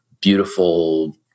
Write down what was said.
beautiful